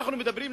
אנחנו מדברים,